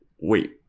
wait